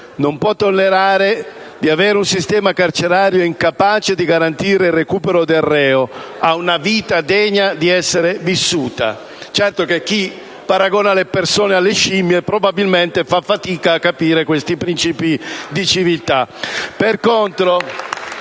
non può tollerare di avere un sistema carcerario incapace di garantire il recupero del reo a una vita degna di essere vissuta. Certo, chi paragona le persone alle scimmie probabilmente fa fatica a capire questi principi di civiltà. *(Applausi